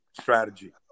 strategy